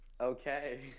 Okay